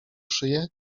szyję